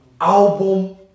album